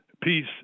Peace